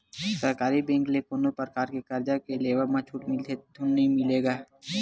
सरकारी बेंक ले कोनो परकार के करजा के लेवब म छूट मिलथे धून नइ मिलय गा?